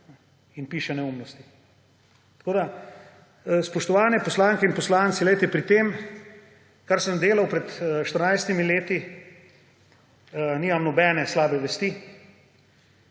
in piše neumnosti. Spoštovani poslanke in poslanci, pri tem, kar sem delal pred 14 leti, nimam nobene slabe vesti.